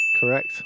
correct